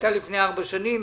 שהיתה לפני ארבע שנים.